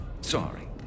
Sorry